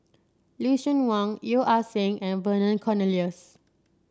Lucien Wang Yeo Ah Seng and Vernon Cornelius